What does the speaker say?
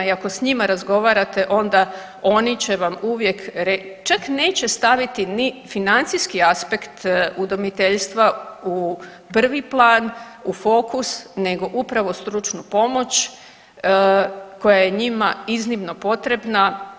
I ako s njima razgovarate onda oni će vam uvijek, čak neće staviti ni financijski aspekt udomiteljstva u prvi plan, u fokus, nego upravo stručnu pomoć koja je njima iznimno potrebna.